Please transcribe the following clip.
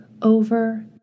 over